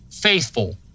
faithful